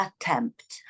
attempt